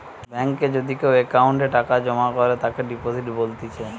বেঙ্কে যদি কেও অ্যাকাউন্টে টাকা জমা করে তাকে ডিপোজিট বলতিছে